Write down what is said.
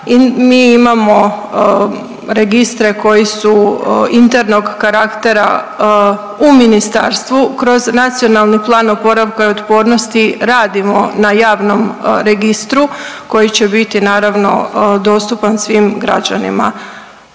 mi imamo registre koji su internog karaktera u ministarstvu kroz Nacionalni plan oporavka i otpornosti radimo na javnom registru koji će biti naravno dostupan svim građanima.